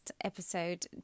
episode